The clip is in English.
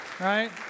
Right